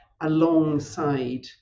alongside